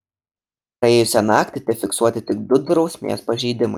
praėjusią naktį tefiksuoti tik du drausmės pažeidimai